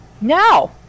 No